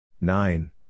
nine